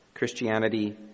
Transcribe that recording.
Christianity